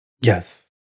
Yes